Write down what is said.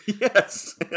Yes